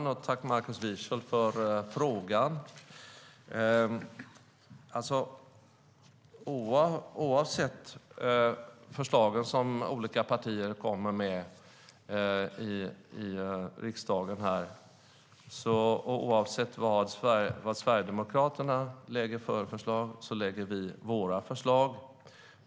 Herr talman! Tack, Markus Wiechel, för frågan! Oavsett vilka förslag som olika partier kommer med i riksdagen och oavsett vad Sverigedemokraterna lägger fram för förslag så lägger vi fram våra egna förslag.